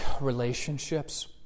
relationships